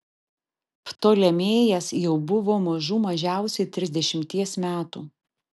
ptolemėjas jau buvo mažų mažiausiai trisdešimties metų